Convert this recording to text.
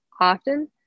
often